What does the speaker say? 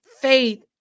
faith